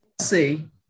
see